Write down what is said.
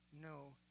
no